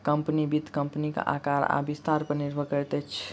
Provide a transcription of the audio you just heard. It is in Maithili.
कम्पनी, वित्त कम्पनीक आकार आ विस्तार पर निर्भर करैत अछि